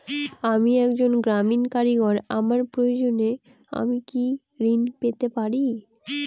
আমি একজন গ্রামীণ কারিগর আমার প্রয়োজনৃ আমি কি ঋণ পেতে পারি?